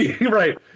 Right